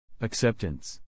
Acceptance